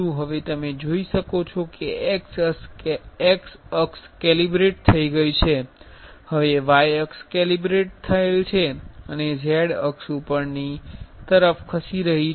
હવે તમે જોઈ શકો છો કે x અક્ષ કેલિબ્રેટ થઈ ગઈ છે હવે y અક્ષ કેલિબ્રેટ થયેલ છે અને z અક્ષ ઉપરની તરફ ખસી રહી છે